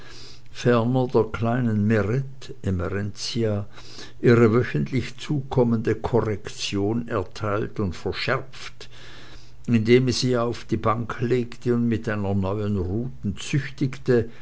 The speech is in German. der kleinen meret emerentia ihre wöchentlich zukommende correction ertheilt und verscherpft indeme sie auf die bank legte und mit einer neuen ruthen